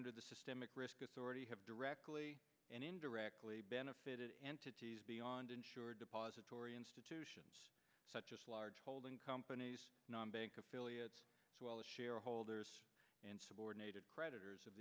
under the systemic risk authority have directly and indirectly benefited entities beyond insured depository institutions such as large holding companies non bank affiliates as well as shareholders and subordinated creditors of